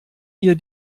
ihr